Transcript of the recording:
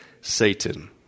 Satan